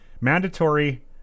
Mandatory